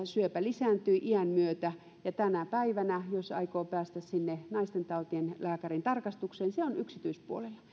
syöpä lisääntyy iän myötä niin tänä päivänä jos aikoo päästä naistentautien lääkärintarkastukseen se on yksityispuolella